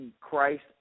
Christ